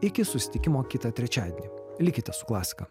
iki susitikimo kitą trečiadienį likite su klasika